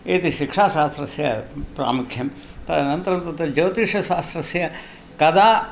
इति शिक्षाशास्त्रस्य प्रामुख्यं तदनन्तरं तत्र ज्योतिषशास्त्रस्य कदा